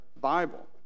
Bible